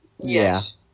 Yes